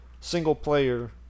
single-player